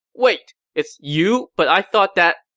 wait, it's you, but i thought that,